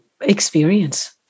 experience